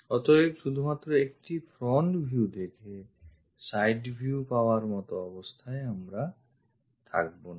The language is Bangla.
অতএবশুধুমাত্র একটি front view দেখে side view পাওয়ার মত অবস্থায় আমরা থাকব না